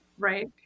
Right